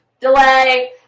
delay